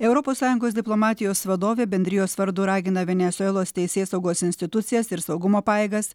europos sąjungos diplomatijos vadovė bendrijos vardu ragina venesuelos teisėsaugos institucijas ir saugumo pajėgas